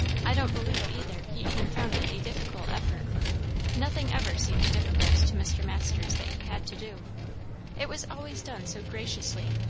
i don't believe, either, he even found it a difficult effort nothing ever seemed difficult to mr. masters that he had to do it was always done so graciously,